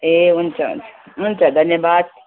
ए हुन्छ हुन्छ हुन्छ धन्यवाद